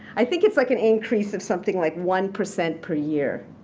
i think it's like an increase of something like one percent per year,